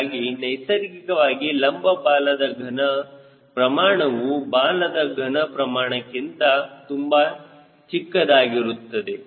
ಹೀಗಾಗಿ ನೈಸರ್ಗಿಕವಾಗಿ ಲಂಬ ಬಾಲದ ಘನ ಪ್ರಮಾಣವು ಬಾಲದ ಘನ ಪ್ರಮಾಣಕ್ಕಿಂತ ತುಂಬಾ ಚಿಕ್ಕದಾಗಿರುತ್ತದೆ